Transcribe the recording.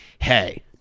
hey